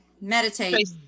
Meditate